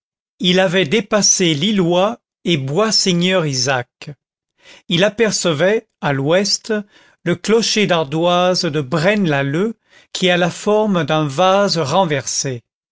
il avait dépassé lillois et bois seigneur isaac il apercevait à l'ouest le clocher d'ardoise de braine lalleud qui a la forme d'un vase renversé